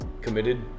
committed